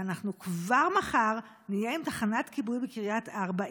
ואנחנו כבר מחר נהיה עם תחנת כיבוי בקריית ארבע,